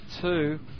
two